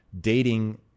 dating